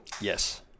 Yes